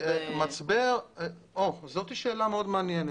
זאת שאלה מאוד מעניינת.